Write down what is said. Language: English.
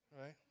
right